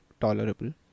tolerable